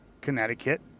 connecticut